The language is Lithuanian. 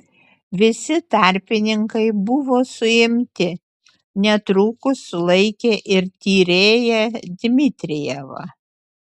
visi tarpininkai buvo suimti netrukus sulaikė ir tyrėją dmitrijevą